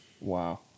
Wow